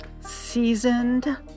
seasoned